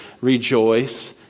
rejoice